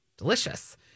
Delicious